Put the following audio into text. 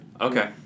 Okay